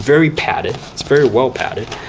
very padded. it's very well padded.